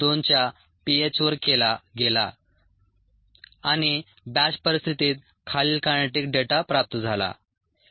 2 च्या p h वर केला गेला आणि बॅच परिस्थितीत खालील कायनेटिक डेटा प्राप्त झाला